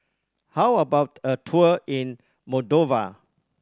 how about a tour in Moldova